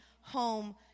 home